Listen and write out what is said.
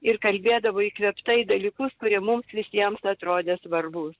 ir kalbėdavo įkvėptai dalykus kurie mums visiems atrodė svarbūs